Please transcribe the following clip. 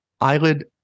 eyelid